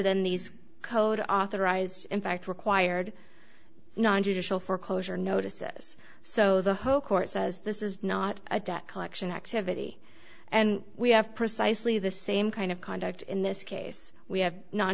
than these code authorized in fact required non judicial foreclosure notices so the whole court says this is not a debt collection activity and we have precisely the same kind of conduct in this case we have non